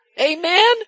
Amen